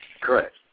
Correct